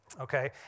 okay